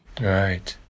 Right